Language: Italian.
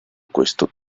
questo